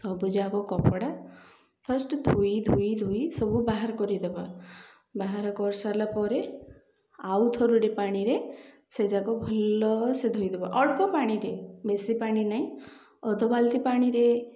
ସବୁଯାକ କପଡ଼ା ଫାଷ୍ଟ ଧୋଇ ଧୋଇ ଧୋଇ ସବୁ ବାହାର କରିଦେବା ବାହାର କରିସାରିଲା ପରେ ଆଉ ଥରୁଡ଼ି ପାଣିରେ ସେ ଯାକ ଭଲ ସେ ଧୋଇଦେବା ଅଳ୍ପ ପାଣିରେ ବେଶୀ ପାଣି ନହିଁ ଅଧ ବାଲ୍ଟି ପାଣିରେ